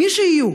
מי שיהיו,